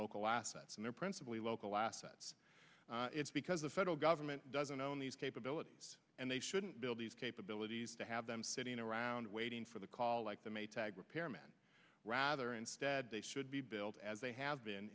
local assets and their principally local assets it's because the federal government doesn't own these capabilities and they shouldn't build these capabilities to have them sitting around waiting for the call like the maytag repairman rather instead they should be billed as they have been